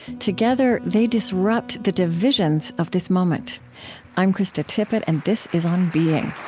together, they disrupt the divisions of this moment i'm krista tippett, and this is on being